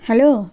hello